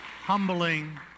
Humbling